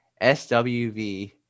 SWV